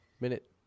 minute